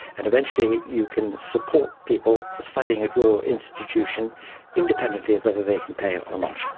and eventually you can support people studying at your institution independently of whether they can pay or not.